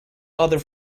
other